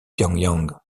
pyongyang